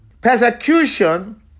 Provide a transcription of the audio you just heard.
persecution